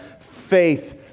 faith